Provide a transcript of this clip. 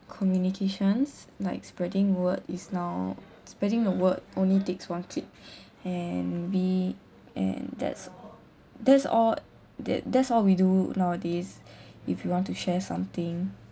communications like spreading word is now spreading the word only takes one click and we and that's that's all that that's all we do nowadays if we want to share something